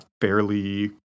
fairly